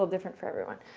different for everyone.